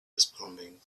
responding